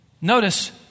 Notice